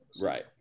Right